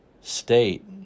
state